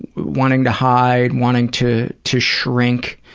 wanting to hide, wanting to to shrink.